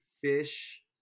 fish